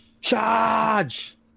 Charge